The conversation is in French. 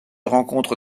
rencontre